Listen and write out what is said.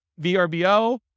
VRBO